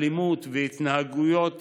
אלימות והתנהגויות סיכון,